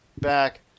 back